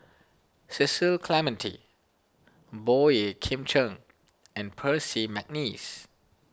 Cecil Clementi Boey Kim Cheng and Percy McNeice